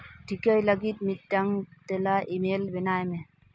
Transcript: ᱴᱷᱤᱠᱟᱹᱭ ᱞᱟᱹᱜᱤᱫ ᱢᱤᱫᱴᱟᱝ ᱛᱮᱞᱟ ᱤᱼᱢᱮᱞ ᱵᱮᱱᱟᱣ ᱢᱮ